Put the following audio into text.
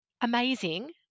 amazing